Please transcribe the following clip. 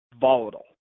volatile